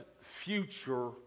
future